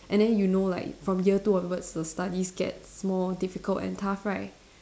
and then you know like from year two onwards the studies gets more difficult and tough right